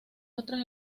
hasta